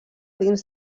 dins